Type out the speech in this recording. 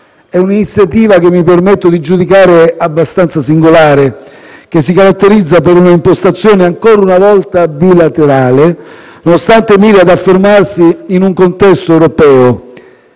È un'iniziativa che mi permetto di giudicare abbastanza singolare, che si caratterizza per una impostazione ancora una volta bilaterale, nonostante miri ad affermarsi in un contesto europeo.